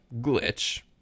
glitch